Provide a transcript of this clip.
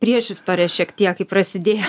priešistorę šiek tiek kaip prasidėjo